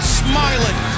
smiling